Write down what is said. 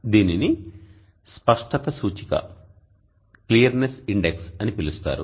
దీనిని స్పష్టత సూచిక అని పిలుస్తారు